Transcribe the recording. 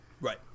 Right